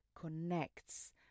connects